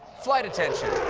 flight attention.